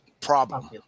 problem